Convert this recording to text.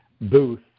booth